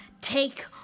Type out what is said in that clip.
take